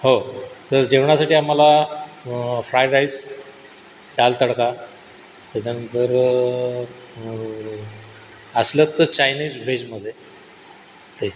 हो तर जेवणासाठी आम्हाला फ्राईड राईस दाल तडका त्याच्यानंतर असलं तर चायनीज व्हेजमध्ये ते